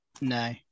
no